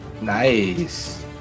nice